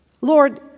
Lord